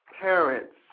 parents